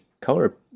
color